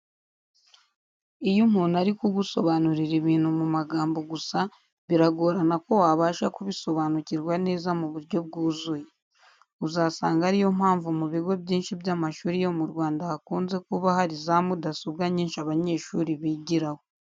Iyo umuntu ari kugusobanurira ibintu mu magambo gusa, biragorana ko wabasha kubisobanukirwa neza mu buryo bwuzuye. Uzasanga ari yo mpamvu mu bigo byinshi by'amashuri yo mu Rwanda hakunze kuba hari za mudasobwa nyinshi abanyeshuri bigiraho.